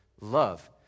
love